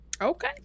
Okay